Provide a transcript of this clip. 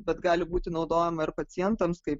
bet gali būti naudojama ir pacientams kaip